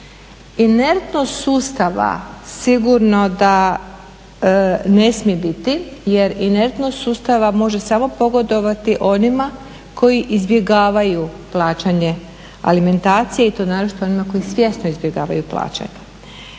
Inertnost sustava sigurno da ne smije biti jer intertnost sustava može samo pogodovati onima koji izbjegavaju plaćanje alimentacije. I to naročito onima koji svjesno izbjegavaju plaćanje.